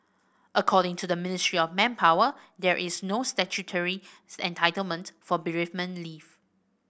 according to the Ministry of Manpower there is no statutory entitlement for bereavement leave